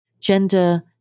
gender